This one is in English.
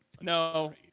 No